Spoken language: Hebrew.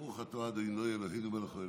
אדוני היושב-ראש,